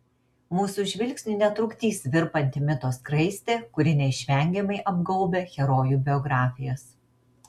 mūsų žvilgsniui netrukdys virpanti mito skraistė kuri neišvengiamai apgaubia herojų biografijas